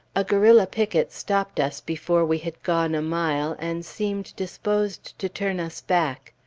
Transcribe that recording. a guerrilla picket stopped us before we had gone a mile, and seemed disposed to turn us back.